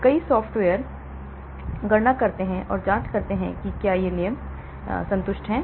कई सॉफ्टवेअर गणना करते हैं और जांचते हैं कि क्या ये नियम संतुष्ट हैं